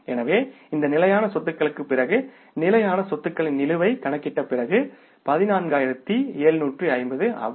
எனவே இந்த நிலையான சொத்துகளுக்குப் பிறகு நிலுவை கணக்கிட்ட பிறகு நிலையான சொத்துகள் 14750 ஆகும்